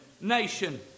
nation